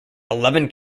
eleven